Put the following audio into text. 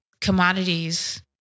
commodities